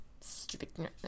Stupid